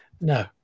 no